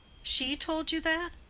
she told you that?